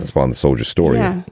one soldier story, yeah